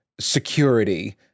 security